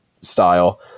style